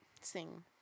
Sing